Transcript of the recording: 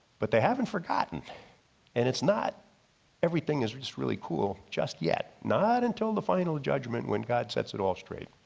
but they haven't forgotten and it's not everything is just really cool just yet. not until the final judgement when god sets it all straight